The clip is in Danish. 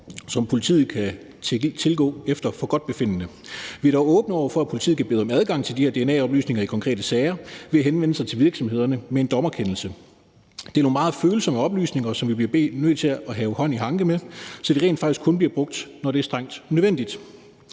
som politiet kan tilgå efter forgodtbefindende. Vi er dog åbne over for, at politiet kan bede om adgang til de her dna-oplysninger i konkrete sager ved at henvende sig til virksomhederne med en dommerkendelse. Det er nogle meget følsomme oplysninger, som vi bliver nødt til at have hånd i hanke med, så de rent faktisk kun bliver brugt, når det er strengt nødvendigt.